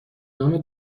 نام